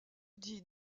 dit